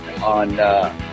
on